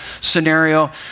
scenario